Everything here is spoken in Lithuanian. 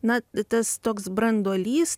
na tas toks branduolys